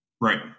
right